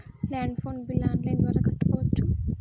Land phone bill online ద్వారా కట్టుకోవచ్చు?